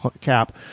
cap